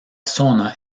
zona